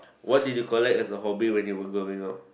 what did you collect as a hobby when you were growing up